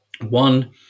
One